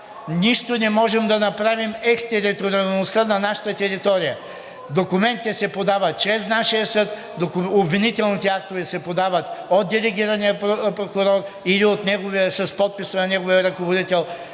нищо не можем да направим екстериториалността на нашата територия. Документите се подават чрез нашия съд, обвинителните актове се подават от делегирания прокурор или с подписа на неговия ръководител